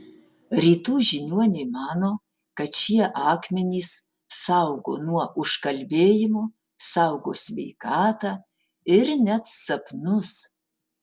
rytų žiniuoniai mano kad šie akmenys saugo nuo užkalbėjimo saugo sveikatą ir net sapnus